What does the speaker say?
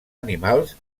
animals